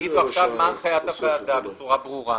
ותגידו עכשיו מה הנחיית הועדה בצורה ברורה.